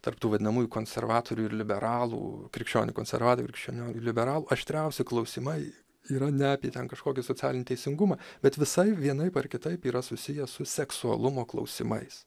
tarp tų vadinamųjų konservatorių ir liberalų krikščionių konservatorių krikščionių liberalų aštriausi klausimai yra net ne ten kažkokį socialinį teisingumą bet visai vienaip ar kitaip yra susiję su seksualumo klausimais